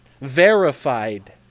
Verified